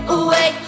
away